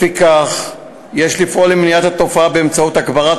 לפיכך יש לפעול למניעת התופעה באמצעות הגברת